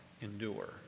endure